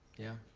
yeah.